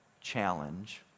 Challenge